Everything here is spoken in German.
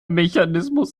mechanismus